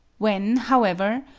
when, however,